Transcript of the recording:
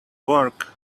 work